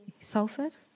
Salford